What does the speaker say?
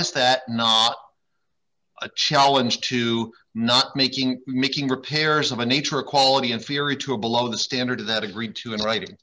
is that not a challenge to not making making repairs of a nature quality inferior to a below the standard that agreed to in writing